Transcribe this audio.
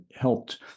helped